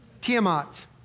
Tiamat